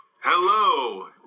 hello